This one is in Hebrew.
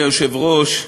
אדוני היושב-ראש,